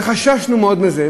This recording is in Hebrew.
וחששנו מאוד מזה,